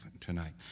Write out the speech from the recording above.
tonight